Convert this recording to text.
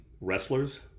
wrestlers